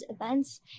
events